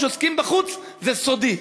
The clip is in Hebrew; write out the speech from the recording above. כאשר עוסקים בחוץ זה סודי.